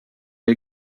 are